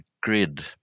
grid